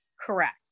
Correct